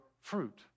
fruit